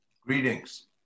Greetings